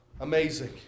amazing